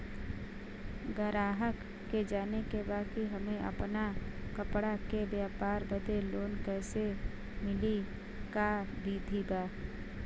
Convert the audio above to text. गराहक के जाने के बा कि हमे अपना कपड़ा के व्यापार बदे लोन कैसे मिली का विधि बा?